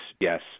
yes